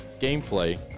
gameplay